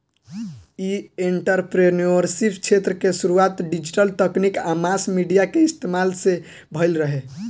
इ एंटरप्रेन्योरशिप क्षेत्र के शुरुआत डिजिटल तकनीक आ मास मीडिया के इस्तमाल से भईल रहे